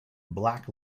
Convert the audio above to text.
black